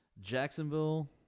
Jacksonville